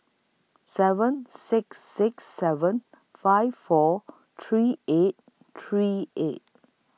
seven six six seven five four three eight three eight